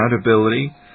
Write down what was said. accountability